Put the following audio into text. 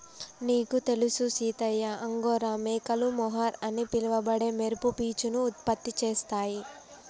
నీకు తెలుసు సీతయ్య అంగోరా మేకలు మొహర్ అని పిలవబడే మెరుపు పీచును ఉత్పత్తి చేస్తాయి